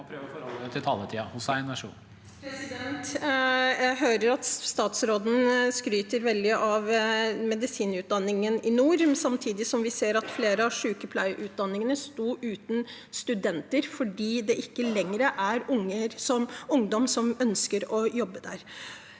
Jeg hører at stats- råden skryter veldig av medisinutdanningen i nord, samtidig som vi ser at flere av sykepleierutdanningene står uten studenter fordi det ikke lenger er ungdom som ønsker å jobbe der.